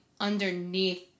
underneath